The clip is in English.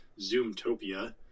Zoomtopia